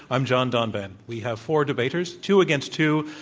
i'm john donvan. we have four debaters, two against two,